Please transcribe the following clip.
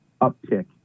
uptick